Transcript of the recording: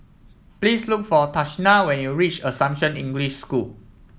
please look for Tashina when you reach Assumption English School